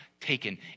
taken